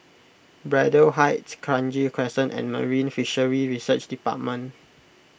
Braddell Heights Kranji Crescent and Marine Fisheries Research Department